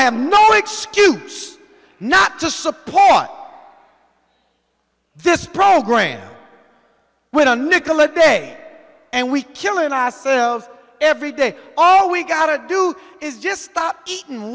have no excuse not to support this program with a nickel a day and we killing ourselves every day all we gotta do is just stop eating